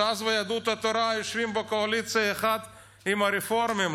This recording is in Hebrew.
ש"ס ויהדות התורה יושבים בקואליציה אחת עם הרפורמים,